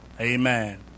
Amen